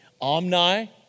omni